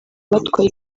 batwaye